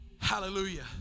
Hallelujah